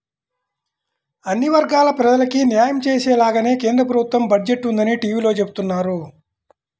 అన్ని వర్గాల ప్రజలకీ న్యాయం చేసేలాగానే కేంద్ర ప్రభుత్వ బడ్జెట్ ఉందని టీవీలో చెబుతున్నారు